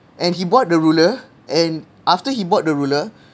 and he bought the ruler and after he bought the ruler